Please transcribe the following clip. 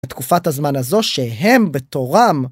תקופת הזמן הזו, שהם בתורם